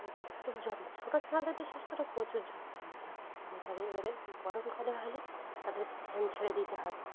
তাদের খুব যত্ন ছোটো ছানাদের বিশেষ করে প্রচুর যত্ন নিতে হয় কেন তাদের এবারে গরমকালে হলে তাদের ফ্যান ছেড়ে দিতে হবে